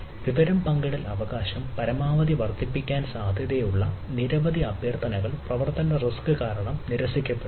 വിവര പങ്കിടൽ അവകാശം പരമാവധി വർദ്ധിപ്പിക്കാൻ സാധ്യതയുള്ള നിരവധി അഭ്യർത്ഥനകൾ പ്രവർത്തന റിസ്ക് കാരണം നിരസിക്കപ്പെടുന്നു